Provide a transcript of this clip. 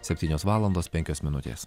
septynios valandos penkios minutės